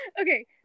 Okay